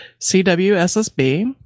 CWSSB